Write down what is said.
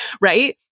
right